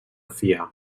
fiar